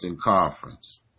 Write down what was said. Conference